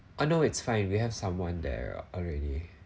oh no it's fine we have someone there already